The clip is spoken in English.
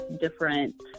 different